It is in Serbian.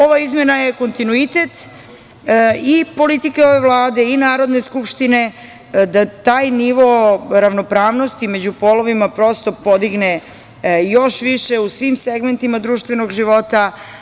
Ova izmena je kontinuitet i politike ove Vlade i Narodne skupštine da taj nivo ravnopravnosti među polovina prosto podigne još više u svim segmentima društvenog života.